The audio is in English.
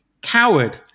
Coward